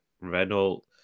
Renault